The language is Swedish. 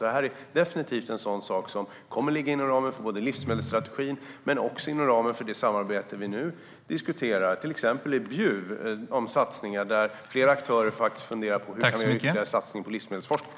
Detta är definitivt något som kommer att ligga inom ramen för livsmedelsstrategin och även inom det samarbete vi nu diskuterar, till exempel i Bjuv, där flera aktörer funderar på hur vi kan göra ytterligare satsningar på livsmedelsforskning.